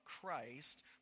Christ